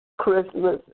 Christmas